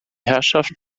herrschaft